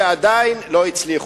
ועדיין לא הצלחנו.